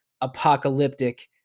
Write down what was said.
apocalyptic